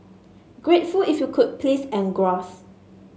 grateful if you could please engross